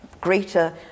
greater